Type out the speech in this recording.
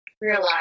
realize